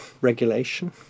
regulation